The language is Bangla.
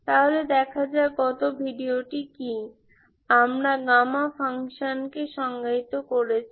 তাহলে দেখা যাক গত ভিডিওটি কি আমরা গামা ফাংশানকে সংজ্ঞায়িত করেছি